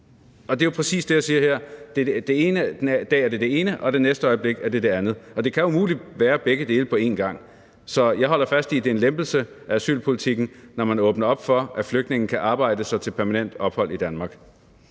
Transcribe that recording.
det er jo præcis det, jeg siger her: Det ene øjeblik er det det ene, og det næste øjeblik er det det andet, og det kan umuligt være begge dele på en gang. Så jeg holder fast i, at det er en lempelse af asylpolitikken, når man åbner op for, at flygtninge kan arbejde sig til permanent ophold i Danmark.